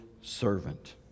servant